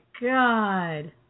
God